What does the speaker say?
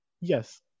Yes